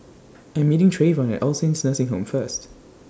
I Am meeting Treyvon At L Saints Nursing Home First